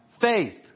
faith